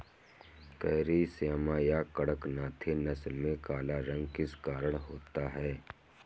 Carry Shyama या कड़कनाथी नस्ल में काला रंग किस कारण होता है?